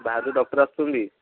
ବାହାରୁ ଯେଉଁ ଡକ୍ଟର୍ ଆସୁଛନ୍ତି